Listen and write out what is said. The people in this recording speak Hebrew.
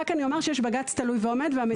אני רק אומר שיש בג"ץ תלוי ועומד,